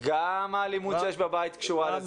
גם האלימות שיש בבית קשורה לזה.